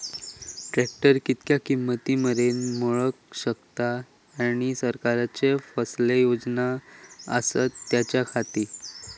Tractor कितक्या किमती मरेन मेळाक शकता आनी सरकारचे कसले योजना आसत त्याच्याखाती?